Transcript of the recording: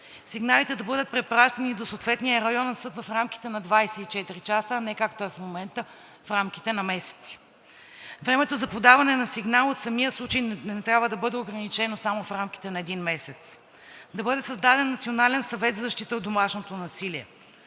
Сигналите да бъдат препращани до съответния районен съд в рамките на 24 часа, а не както е в момента – в рамките на месеци. Времето за подаване на сигнал от самия случай не трябва да бъде ограничено само в рамките на един месец. Да бъде създаден национален съвет за защита от домашното насилие,